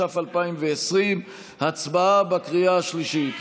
התש"ף 2020. הצבעה בקריאה השלישית.